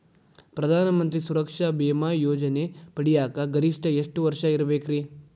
ಪ್ರಧಾನ ಮಂತ್ರಿ ಸುರಕ್ಷಾ ಭೇಮಾ ಯೋಜನೆ ಪಡಿಯಾಕ್ ಗರಿಷ್ಠ ಎಷ್ಟ ವರ್ಷ ಇರ್ಬೇಕ್ರಿ?